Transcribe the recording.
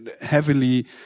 heavily